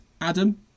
Adam